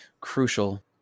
crucial